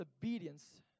obedience